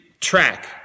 track